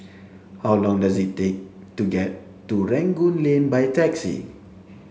how long does it take to get to Rangoon Lane by taxi